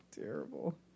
Terrible